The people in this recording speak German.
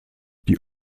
die